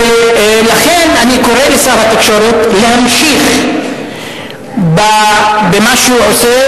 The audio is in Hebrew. ולכן אני קורא לשר התקשורת להמשיך במה שהוא עושה,